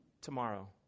tomorrow